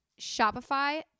Shopify